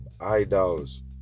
idols